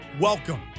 Welcome